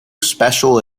special